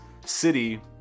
city